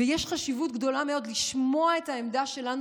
ויש חשיבות גדולה מאוד לשמוע את העמדה שלנו